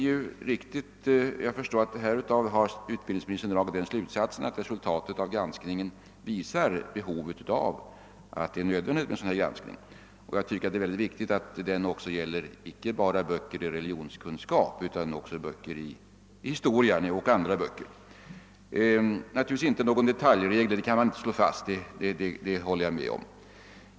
Jag förstår att utbildningsministern av detta dragit den slutsatsen att det är nödvändigt med en granskning. Jag tycker att det är viktigt att granskningen gäller inte bara böcker som skall ge religionskunskap utan också böcker i historia och andra ämnen. Jag håller med om att man naturligtvis inte kan fastställa några detaljregler.